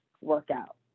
workout